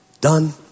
done